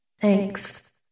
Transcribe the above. Thanks